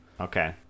Okay